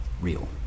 real